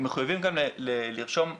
הם מחויבים גם לרשום מ-,